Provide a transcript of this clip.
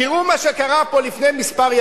תראו מה קרה פה לפני ימים מספר: